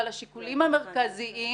אבל השיקולים המרכזיים